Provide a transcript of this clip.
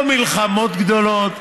לא מלחמות גדולות,